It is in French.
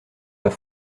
bas